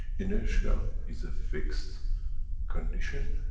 inertia is a fixed condition,